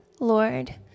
Lord